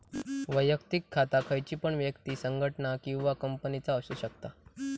वैयक्तिक खाता खयची पण व्यक्ति, संगठना किंवा कंपनीचा असु शकता